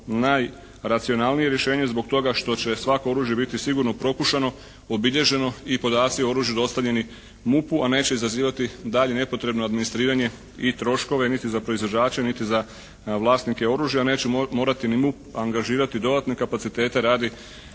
najracionalnije rješenje zbog toga što će svako oružje biti sigurno prokušano, obilježeno i podaci i oružju dostavljeni MUP-u, a neće izazivati dalje nepotrebno administriranje i troškove niti za proizvođače niti za vlasnike oružja, nećemo morati ni MUP angažirati dodatne kapacitete radi